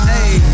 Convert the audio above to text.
Hey